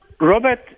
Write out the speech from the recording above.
Robert